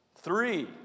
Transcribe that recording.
Three